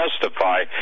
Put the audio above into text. testify